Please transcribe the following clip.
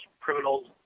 criminals